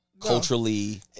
culturally